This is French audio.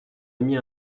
émis